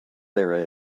there